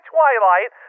Twilight